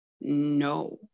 no